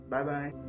Bye-bye